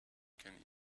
can